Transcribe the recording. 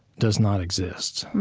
does not exist,